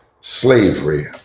slavery